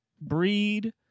breed